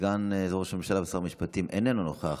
סגן ראש הממשלה ושר המשפטים איננו נוכח.